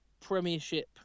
Premiership